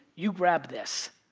you grab this